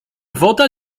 woda